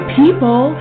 people